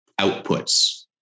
outputs